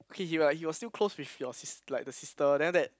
okay he was like he was still close with your sis like the sister then after that